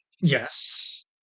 Yes